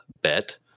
bet